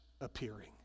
appearing